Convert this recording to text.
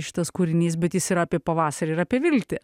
šitas kūrinys bet jis yra apie pavasarį ir apie viltį